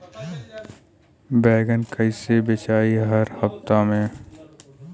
बैगन कईसे बेचाई हर हफ्ता में?